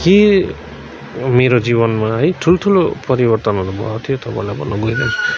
के मेरो जीवनमा है ठुल्ठुलो परिवर्तनहरू भएको थियो तपाईँहरूलाई भन्नु गइरहेको छु